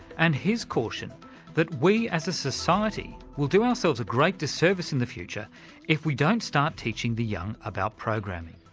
and his caution that we as a society will do ourselves a great disservice in the future we we don't start teaching the young about programming.